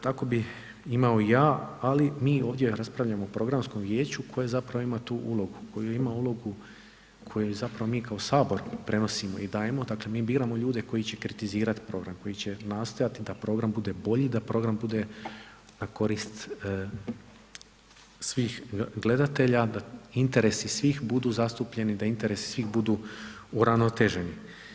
Tako bi imao ja, ali mi ovdje raspravljamo o Programskom vijeću koje zapravo ima tu ulogu, koje ima ulogu koje zapravo mi kao Sabor prenosimo i dajemo, dakle mi biramo ljude koji će kritizirati program, koji će nastojati da program bude bolji, da program bude na korist svih gledatelja, da interesi svih budu zastupljeni, da interesi svih budu uravnoteženi.